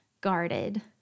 guarded